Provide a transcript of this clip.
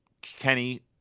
Kenny